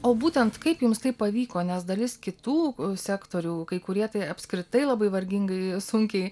o būtent kaip jums tai pavyko nes dalis kitų sektorių kai kurie tai apskritai labai vargingai sunkiai